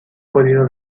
podido